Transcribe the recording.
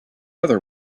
other